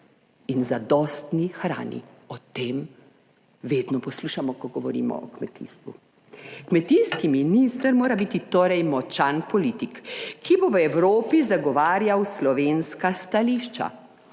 in zadostni hrani. O tem vedno poslušamo, ko govorimo o kmetijstvu. Kmetijski minister mora biti torej močan politik, ki bo v Evropi zagovarjal slovenska stališča.